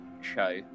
show